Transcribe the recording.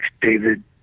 David